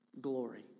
glory